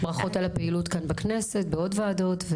ברכות על הדיון כאן, בכנסת, ובעוד ועדות.